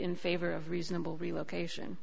in favor of reasonable relocation